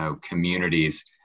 communities